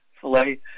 filet